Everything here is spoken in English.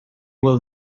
will